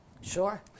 Sure